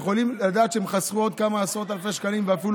לדעת שהם חסכו עוד כמה עשרות אלפי שקלים ואפילו